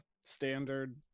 standard